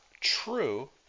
true